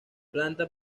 planta